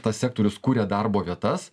tas sektorius kuria darbo vietas